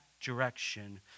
direction